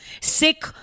sick